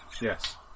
Yes